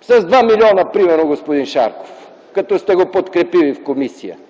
с 2 милиона, господин Шарков, като сте го подкрепили в комисията?!